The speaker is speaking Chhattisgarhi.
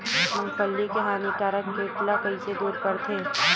मूंगफली के हानिकारक कीट ला कइसे दूर करथे?